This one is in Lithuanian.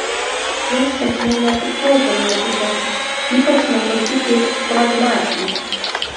jos sėkmė nepriklauso nuo epitetų ypač nuo tokių kaip pragmatinė